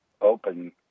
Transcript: open